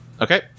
Okay